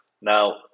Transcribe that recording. Now